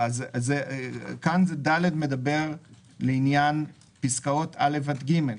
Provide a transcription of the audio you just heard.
פסקה (א)(1)(ד) מדברת לעניין פסקאות (א) עד (ג).